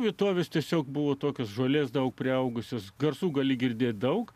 vietovės tiesiog buvo tokios žolės daug priaugusius garsų gali girdi daug